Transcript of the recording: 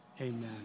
Amen